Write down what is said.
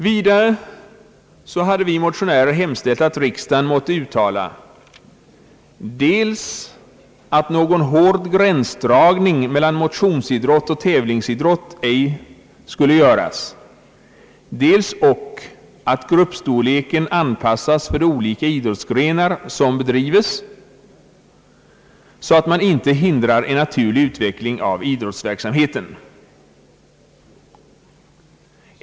Vidare hade vi motionärer hemställt att riksdagen måtte uttala att vid beräkning av statsbidrag dels någon hård gränsdragning mellan <motionsidrott och tävlingsidrott ej skulle göras, dels ock gruppstorleken skulle anpassas efter de olika idrottsgrenar som bedrives, så att man inte hindrar en naturlig utveckling av idrottsverksamheten.